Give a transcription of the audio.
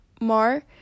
more